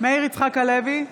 מאיר יצחק הלוי,